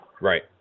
Right